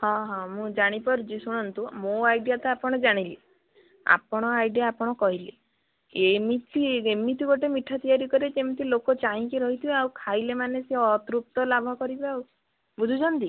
ହଁ ହଁ ମୁଁ ଜାଣିପାରୁଛି ଶୁଣନ୍ତୁ ମୋ ଆଇଡ଼ିଆଟା ଆପଣ ଜାଣିଲେ ଆପଣ ଆଇଡ଼ିଆ ଆପଣ କହିଲେ ଏମିତି ଏମିତି ଗୋଟେ ମିଠା ତିଆରି କରିବେ ଯେମିତି ଲୋକ ଚାହିଁକି ରହିଥିବେ ଆଉ ଖାଇଲେ ମାନେ ସିଏ ଅତୃପ୍ତ ଲାଭ କରିବେ ଆଉ ବୁଝୁଛନ୍ତି